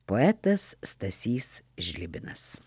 poetas stasys žlibinas